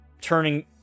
turning